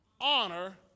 honor